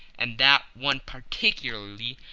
and that one particularly,